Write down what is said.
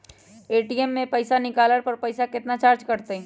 ATM से पईसा निकाले पर पईसा केतना चार्ज कटतई?